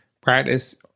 practice